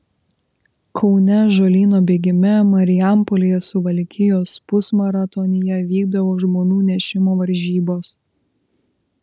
kaune ąžuolyno bėgime marijampolėje suvalkijos pusmaratonyje vykdavo žmonų nešimo varžybos